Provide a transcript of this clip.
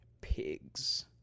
pigs